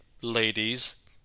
ladies